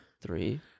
Three